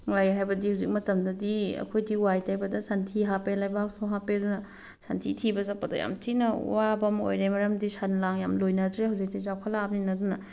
ꯋꯥꯏ ꯍꯥꯏꯕꯗꯤ ꯍꯧꯖꯤꯛ ꯃꯇꯝꯗꯗꯤ ꯑꯩꯈꯣꯏꯗꯤ ꯋꯥꯏ ꯇꯩꯕꯗ ꯁꯟꯊꯤ ꯍꯥꯞꯄꯦ ꯂꯩꯕꯥꯛꯁꯨ ꯍꯥꯞꯄꯦ ꯑꯗꯨꯅ ꯁꯟꯊꯤ ꯊꯤꯕ ꯆꯠꯄꯗ ꯌꯥꯝ ꯊꯤꯅ ꯋꯥꯕ ꯑꯃ ꯑꯣꯏꯔꯦ ꯃꯔꯝꯗꯤ ꯁꯟ ꯂꯥꯡ ꯌꯥꯝ ꯂꯣꯏꯅꯗ꯭ꯔꯦ ꯍꯧꯖꯤꯛꯇꯤ ꯆꯥꯎꯈꯠꯂꯛꯑꯃꯤꯅ ꯑꯗꯨꯅ